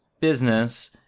business